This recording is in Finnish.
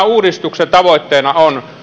uudistuksen tavoitteena on